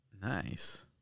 Nice